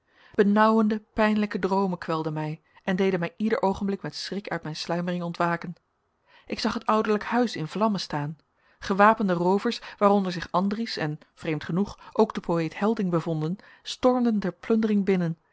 benauwende pijnlijke droomen kwelden mij en deden mij ieder oogenblik met schrik uit mijn sluimering ontwaken ik zag het ouderlijk huis in vlammen staan gewapende roovers waaronder zich andries en vreemd genoeg ook de poëet helding bevonden stormden ter plundering binnen